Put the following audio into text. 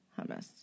hummus